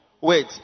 Wait